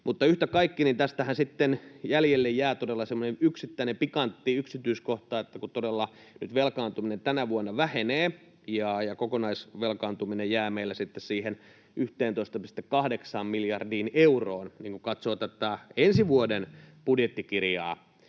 Mutta yhtä kaikki, tästähän sitten jäljelle jää todella semmoinen yksittäinen pikantti yksityiskohta, että kun todella nyt velkaantuminen tänä vuonna vähenee ja kokonaisvelkaantuminen jää meillä siihen 11,8 miljardiin euroon, niin kun katsoo tätä ensi vuoden budjettikirjaa,